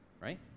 Right